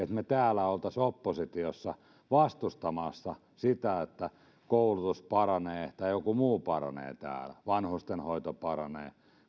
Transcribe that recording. täällä oppositiossa olisimme vastustamassa sitä että koulutus paranee tai joku muu paranee täällä vanhustenhoito paranee